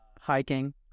Hiking